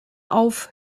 auf